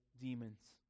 demons